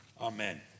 Amen